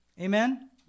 Amen